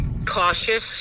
cautious